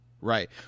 Right